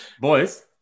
boys